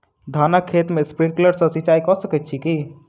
धानक खेत मे स्प्रिंकलर सँ सिंचाईं कऽ सकैत छी की?